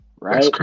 Right